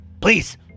please